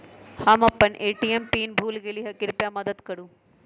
हम अपन ATM pin भूल गेली ह, कृपया मदत करू